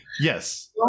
Yes